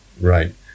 right